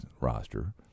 roster